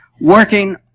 working